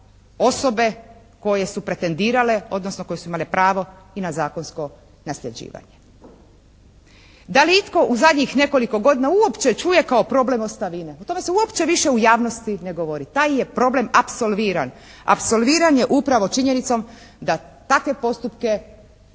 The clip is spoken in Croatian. osobe koje su pretendirale, odnosno koje su imale pravo i na zakonsko nasljeđivanje. Da li itko u zadnjih nekoliko godina uopće čuje kao problem ostavine. O tome se uopće više u javnosti ne govori. Taj je problem apsolviran. Apsolviran je upravo činjenicom da takve postupke